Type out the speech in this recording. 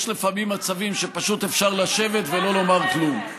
יש לפעמים מצבים שפשוט אפשר לשבת ולא לומר כלום.